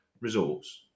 results